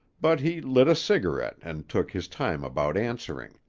but he lit a cigarette and took his time about answering.